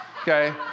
okay